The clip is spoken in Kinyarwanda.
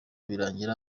birangira